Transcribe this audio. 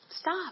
stop